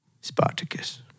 Spartacus